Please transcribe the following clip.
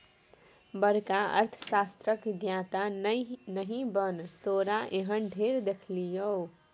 बड़का अर्थशास्त्रक ज्ञाता नहि बन तोरा एहन ढेर देखलियौ